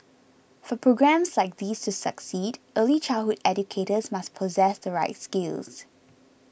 for programmes like these to succeed early childhood educators must possess the right skills